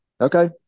Okay